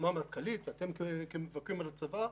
אתם תראו: Take on your legacy.